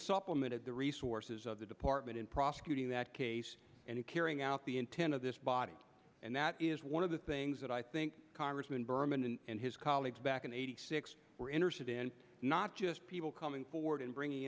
had the resources of the department in prosecuting that case and carrying out the intent of this body and that is one of the things that i think congressman berman and his colleagues back in eighty six were interested in not just people coming forward and bringing